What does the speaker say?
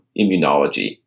immunology